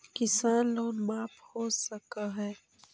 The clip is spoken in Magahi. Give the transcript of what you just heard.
किसान लोन माफ हो सक है?